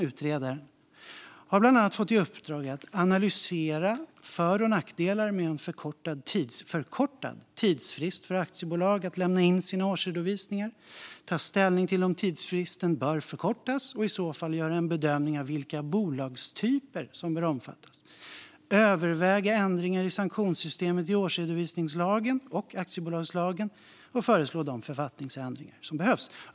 Utredaren har bland annat fått i uppdrag att analysera för och nackdelar med en förkortad tidsfrist för aktiebolag att lämna in sina årsredovisningar, ta ställning till om tidsfristen bör förkortas och i så fall göra en bedömning av vilka bolagstyper som bör omfattas, överväga ändringar i sanktionssystemet i årsredovisningslagen och aktiebolagslagen samt föreslå de författningsändringar som behövs.